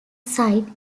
sight